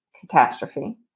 catastrophe